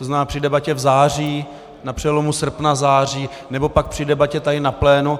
To znamená, při debatě v září, na přelomu srpna, září, nebo pak při debatě tady na plénu.